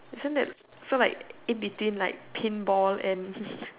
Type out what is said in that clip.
isn't that so like in between like paint ball and